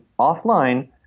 offline